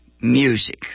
music